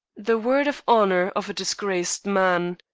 the word of honor of a disgraced man!